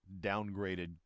downgraded